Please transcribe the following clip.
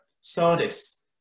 Sardis